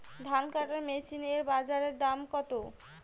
ধান কাটার মেশিন এর বাজারে দাম কতো?